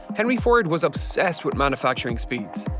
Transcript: henry ford was obsessed with manufacturing speeds.